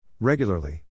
Regularly